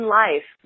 life